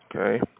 Okay